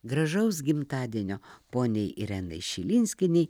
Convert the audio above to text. gražaus gimtadienio poniai irenai šilinskienei